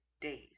days